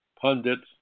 pundits